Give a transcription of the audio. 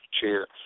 chair